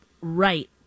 right